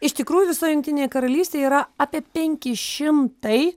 iš tikrųjų visoj jungtinėj karalystėj yra apie penki šimtai